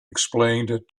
explained